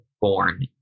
born